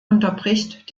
unterbricht